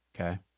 Okay